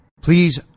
Please